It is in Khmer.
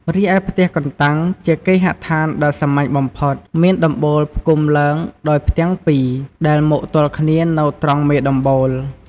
រីឯ ផ្ទះកន្តាំងជាគេហដ្ឋានដែលសាមញ្ញបំផុតមានដំបូលផ្គុំឡើងដោយផ្ទាំងពីរ ដែលមកទល់គ្នានៅត្រង់មេដំបូល។